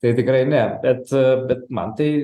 tai tikrai ne bet bet man tai